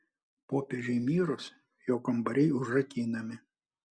popiežiui mirus jo kambariai užrakinami